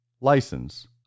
license